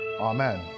Amen